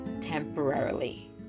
temporarily